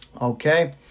okay